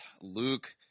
Luke